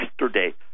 yesterday